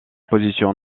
positions